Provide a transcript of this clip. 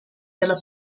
della